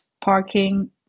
parking